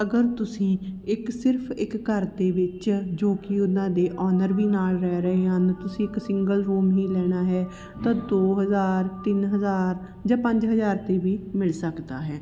ਅਗਰ ਤੁਸੀਂ ਇੱਕ ਸਿਰਫ ਇੱਕ ਘਰ ਦੇ ਵਿੱਚ ਜੋ ਕਿ ਉਹਨਾਂ ਦੇ ਓਨਰ ਵੀ ਨਾਲ ਰਹਿ ਰਹੇ ਹਨ ਤੁਸੀਂ ਇੱਕ ਸਿੰਗਲ ਰੂਮ ਵੀ ਲੈਣਾ ਹੈ ਤਾਂ ਦੋ ਹਜ਼ਾਰ ਤਿੰਨ ਹਜ਼ਾਰ ਜਾਂ ਪੰਜ ਹਜ਼ਾਰ 'ਤੇ ਵੀ ਮਿਲ ਸਕਦਾ ਹੈ